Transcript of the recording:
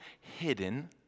hidden